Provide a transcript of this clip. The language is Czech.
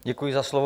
Děkuji za slovo.